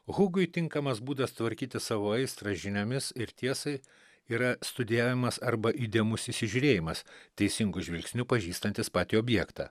hugui tinkamas būdas tvarkyti savo aistrą žiniomis ir tiesai yra studijavimas arba įdėmus įsižiūrėjimas teisingu žvilgsniu pažįstantis patį objektą